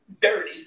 Dirty